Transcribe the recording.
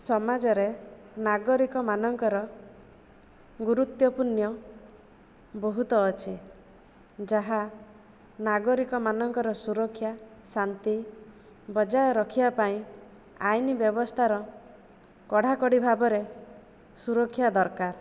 ସମାଜରେ ନାଗରିକ ମାନଙ୍କର ଗରୁତ୍ୱପୂର୍ଣ୍ଣ ବହୁତ ଅଛି ଯାହା ନାଗରିକ ମାନଙ୍କର ସୁରକ୍ଷା ଶାନ୍ତି ବଜାୟ ରଖିବାପାଇଁ ଆଇନ ବ୍ୟବସ୍ଥାର କଡ଼ାକଡ଼ି ଭାବରେ ସୁରକ୍ଷା ଦରକାର